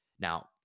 Now